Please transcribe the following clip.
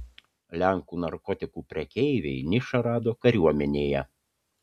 lenkų narkotikų prekeiviai nišą rado kariuomenėje